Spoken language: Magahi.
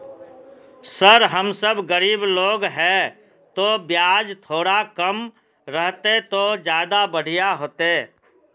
सर हम सब गरीब लोग है तो बियाज थोड़ा कम रहते तो ज्यदा बढ़िया होते